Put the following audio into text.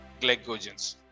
glycogens